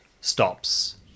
stops